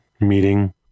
meeting